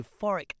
euphoric